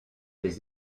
des